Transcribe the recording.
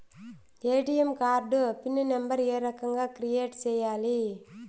ATM card PIN number ఏ రకంగా create సేయాలి